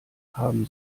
haben